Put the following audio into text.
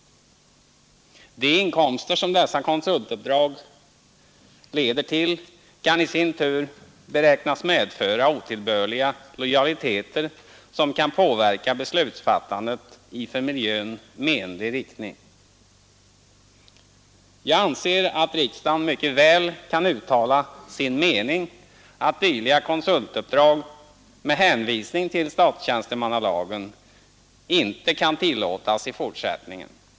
De inkomster som dessa konsultuppdrag leder till kan i sin tur beräknas medföra otillbörliga lojaliteter som kan påverka beslutsfattandet i för miljön menlig riktning. Jag anser att riksdagen mycket väl kan uttala som sin mening att dylika konsultuppdrag, med hänvisning till statstjänstemannalagen, inte kan tillåtas i fortsättningen.